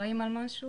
אני אשמח להתייחס,